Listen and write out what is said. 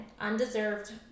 undeserved